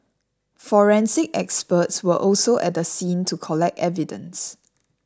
forensic experts were also at the scene to collect evidence